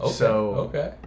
Okay